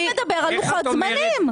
החוק מדבר על לוחות זמנים.